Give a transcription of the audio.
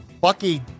Bucky